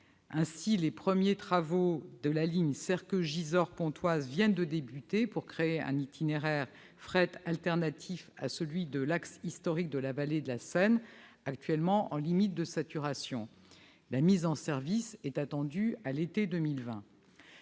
Ainsi, les premiers travaux de modernisation de la ligne Serqueux-Gisors-Pontoise viennent de débuter. Il s'agit de créer un itinéraire fret alternatif à celui de l'axe historique de la vallée de la Seine, actuellement proche de la saturation. La mise en service est attendue à l'été 2020.